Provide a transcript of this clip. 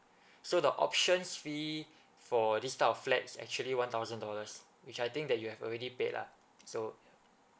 so the options fee for this type of flats actually one thousand dollars which I think that you have already paid lah so